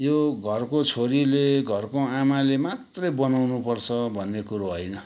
यो घरको छोरीले घरको आमाले मात्रै बनाउनु पर्छ भन्ने कुरो होइन